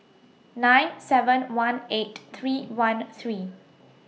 nine seven one eight three one three